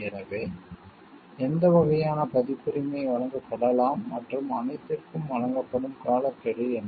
எனவே எந்த வகையான பதிப்புரிமை வழங்கப்படலாம் மற்றும் அனைத்திற்கும் வழங்கப்படும் காலக்கெடு என்ன